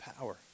power